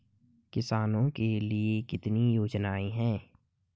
किसानों के लिए कितनी योजनाएं हैं?